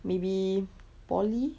maybe poly